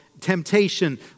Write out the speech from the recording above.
temptation